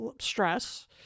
stress